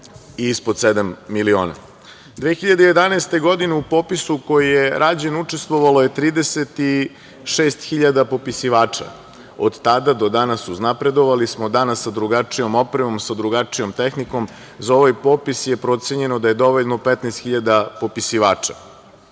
i ispod sedam miliona. Godine 2011. u popisu koji je rađen, učestvovalo je 37 hiljada popisivača. Od tada do danas uznapredovali smo, danas sa drugačijom opremom, sa drugačijom tehnikom, za ovaj popis je procenjeno da je dovoljno 15 hiljada popisivača.